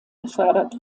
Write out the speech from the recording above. befördert